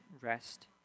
rest